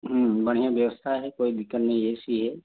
बढ़िया व्यवस्था है कोई दिक्कत नहीं ए सी है